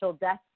death